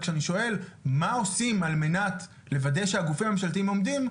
וכשאני שואל מה עושים על מנת לוודא שהגופים הממשלתיים עומדים,